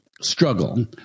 struggle